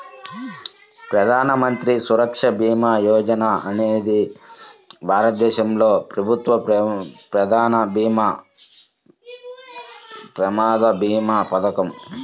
ప్రధాన మంత్రి సురక్ష భీమా యోజన అనేది భారతదేశంలో ప్రభుత్వ ప్రమాద భీమా పథకం